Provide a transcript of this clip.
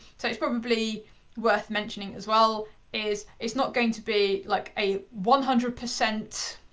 so it's probably worth mentioning as well is it's not going to be like a one hundred percent